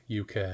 UK